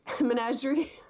menagerie